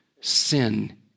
sin